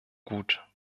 gut